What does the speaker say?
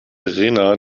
rena